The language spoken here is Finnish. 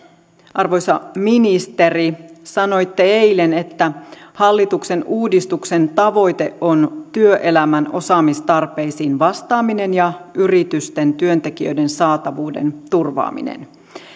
arvoisa ministeri sanoitte eilen että hallituksen uudistuksen tavoite on työelämän osaamistarpeisiin vastaaminen ja yritysten työntekijöiden saatavuuden turvaaminen